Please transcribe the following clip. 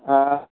হ্যাঁ